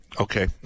Okay